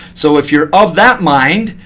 so if you're of that mind,